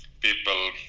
People